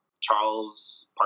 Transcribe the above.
Charles